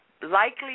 likely